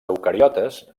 eucariotes